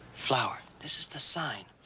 flower this is the sign.